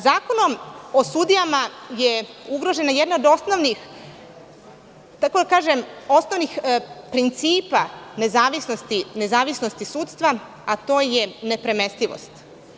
Zakonom o sudijama je ugrožen jedan od osnovnih principa nezavisnosti sudstva, a to je nepremestivost.